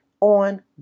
on